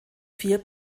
vier